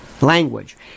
language